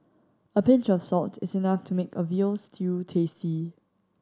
a pinch of salt is enough to make a veal stew tasty